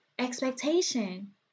Expectation